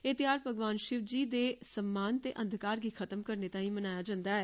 एह् ध्यार भगवान शिवजी दे सम्मान ते अंदकार गी खत्म करने लेई मनाया लंदा ऐ